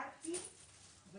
אם